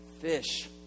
fish